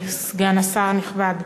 סגן השר הנכבד,